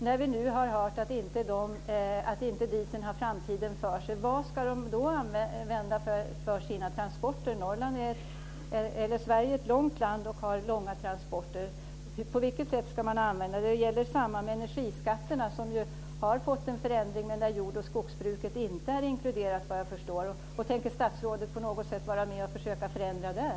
Vi har ju nu hört att dieseln inte har framtiden för sig. Vad ska man då använda för sina transporter? Sverige är ett långt land och man har långa transporter. Samma sak gäller energiskatterna, där det ju har skett en förändring, men där är jord och skogsbruket inte inkluderat, vad jag förstår. Tänker statsrådet på något sätt vara med och försöka förändra där?